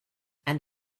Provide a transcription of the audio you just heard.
and